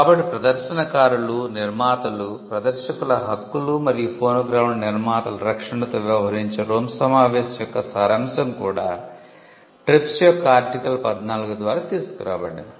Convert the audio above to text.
కాబట్టి ప్రదర్శనకారులు నిర్మాతలు ప్రదర్శకుల హక్కులు మరియు ఫోనోగ్రామ్ల నిర్మాతల రక్షణతో వ్యవహరించే రోమ్ సమావేశం యొక్క సారాంశం కూడా TRIPS యొక్క ఆర్టికల్ 14 ద్వారా తీసుకురాబడింది